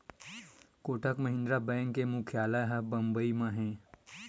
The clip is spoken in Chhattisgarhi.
कोटक महिंद्रा बेंक के मुख्यालय ह बंबई म हे